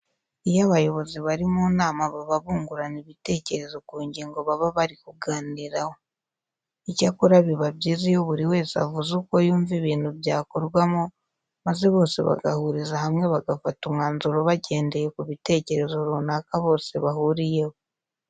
Iyo abayobozi bari mu nama baba bungurana ibitekerezo ku ngingo baba bari kuganiraho. Icyakora biba byiza iyo buri wese avuze uko yumva ibintu byakorwamo maze bose bagahuriza hamwe bagafata umwanzuro bagendeye ku bitekerezo runaka bose bahuriyeho.